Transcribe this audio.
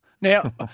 Now